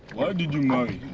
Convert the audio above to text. did you marry